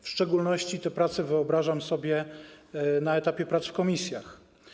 W szczególności te prace wyobrażam sobie na etapie prac w komisjach.